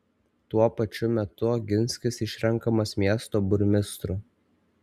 tuo pačiu metu oginskis išrenkamas miesto burmistru